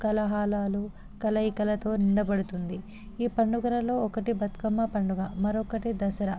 కలాహలాలు కలయికలతో నిండపడుతుంది ఈ పండుగలలో ఒకటి బతుకమ్మ పండుగ మరొకటి దసరా